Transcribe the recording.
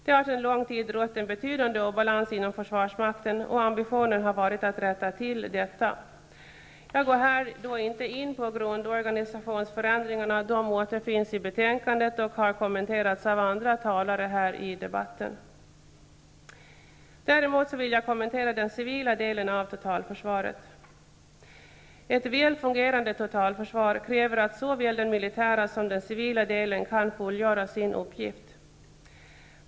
Det har sedan lång tid rått en betydande obalans inom försvarsmakten, och ambitionen har varit att rätta till detta. Jag går här inte in på grundorganisationsförändringarna; de återfinns i betänkandet och har kommenterats av andra talare här i debatten. Däremot vill jag kommentera den civila delen av totalförsvaret. Ett väl fungerande totalförsvar kräver att såväl den militära som den civila delen kan fullgöra sin uppgift.